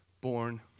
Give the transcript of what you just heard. born